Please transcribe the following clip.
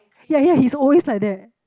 ya ya he's always like that